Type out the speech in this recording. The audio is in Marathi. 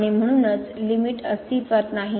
आणि म्हणूनच लिमिट अस्तित्वात नाही